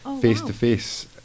face-to-face